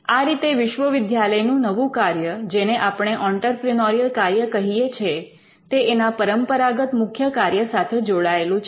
આ રીતે વિશ્વવિદ્યાલયનું નવું કાર્ય જેને આપણે ઑંટરપ્રિનોરિયલ કાર્ય કહીએ છે તે એના પરંપરાગત મુખ્ય કાર્ય સાથે જોડાયેલું છે